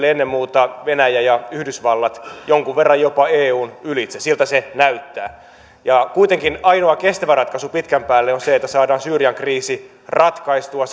ennen muuta venäjä ja yhdysvallat jonkun verran jopa eun ylitse siltä se näyttää kuitenkin ainoa kestävä ratkaisu pitkän päälle on se että saadaan syyrian kriisi ratkaistua